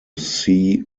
sea